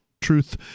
truth